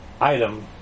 item